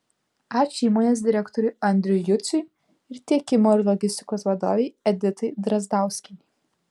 ačiū įmonės direktoriui andriui juciui ir tiekimo ir logistikos vadovei editai drazdauskienei